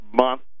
month